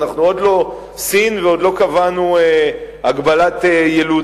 אנחנו עוד לא סין ועוד לא קבענו הגבלת ילודה,